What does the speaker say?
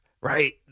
right